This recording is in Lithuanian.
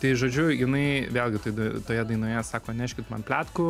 tai žodžiu jinai vėlgi toj toje dainoje sako neškit man pletkų